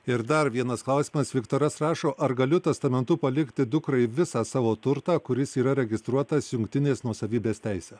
ir dar vienas klausimas viktoras rašo ar galiu testamentu palikti dukrai visą savo turtą kuris yra registruotas jungtinės nuosavybės teise